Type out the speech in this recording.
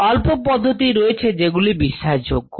অল্প কিছু পদ্ধতি রয়েছে যেগুলি বিশ্বাসযোগ্য